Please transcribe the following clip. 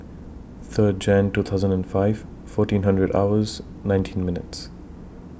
Third Jan two thousand and five fourteen hundred hours nineteen minutes